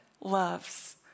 loves